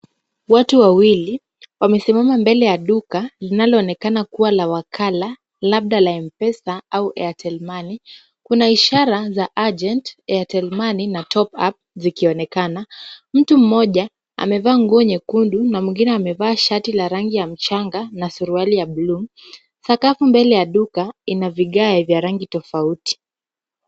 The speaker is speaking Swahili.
Watu wawili wamesimama mbele ya duka linaloonekana kuwa la wakala labda la M-Pesa au Airtel Money. Kuna ishara za agent ,Airtel Money na top up zikionekana. Mtu mmoja amevaa nguo nyekundu na mwingine amevaa shati la rangi ya mchanga na suruali ya bluu. Sakafu mbele ya duka ina vigae vya rangi tofauti.